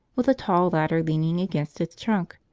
with a tall ladder leaning against its trunk,